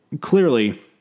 clearly